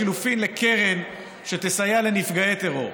או לחלופין לקרן שתסייע לנפגעי טרור,